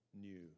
new